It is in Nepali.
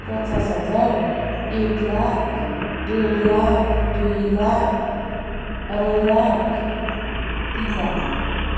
पचास हजार एक लाख डेढ लाख दुई लाख अढाइ लाख तिन लाख